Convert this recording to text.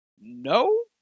No